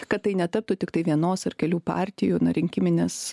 kad tai netaptų tiktai vienos ar kelių partijų na rinkiminės